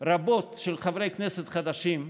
רבות של חברי כנסת חדשים,